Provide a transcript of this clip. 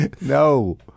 No